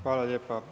Hvala lijepa.